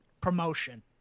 promotion